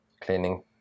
cleaning